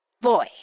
Boy